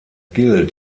gilt